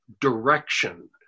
direction